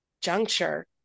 juncture